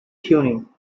tuning